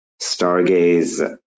Stargaze